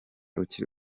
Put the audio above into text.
ukiri